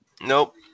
nope